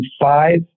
five